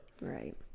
right